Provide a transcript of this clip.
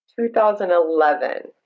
2011